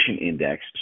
index